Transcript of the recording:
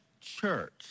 church